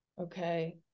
Okay